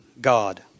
God